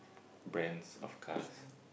brands of cars